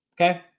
Okay